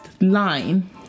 line